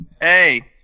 hey